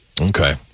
Okay